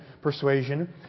persuasion